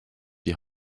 die